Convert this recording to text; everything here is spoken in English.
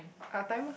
our time lah